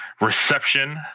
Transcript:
Reception